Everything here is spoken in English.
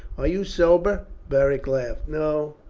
are you sober? beric laughed. no,